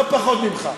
לא פחות ממך.